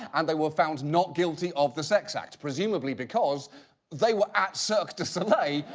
and they were found not guilty of the sex act, presumably because they were at cirque du soleil,